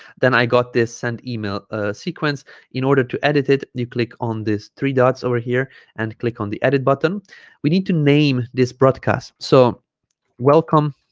then i got this send email ah sequence in order to edit it you click on this three dots over here and click on the edit button we need to name this broadcast so welcome